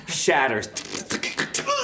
Shatters